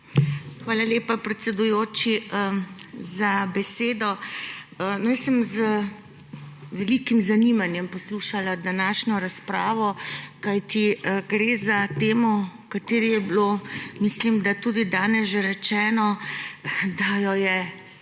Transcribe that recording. Hvala lepa, predsedujoči, za besedo. Jaz sem z velikim zanimanjem poslušala današnjo razpravo, kajti gre za temo, v kateri je bilo, mislim, da tudi danes že rečeno, da jo je